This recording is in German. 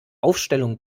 aufstellung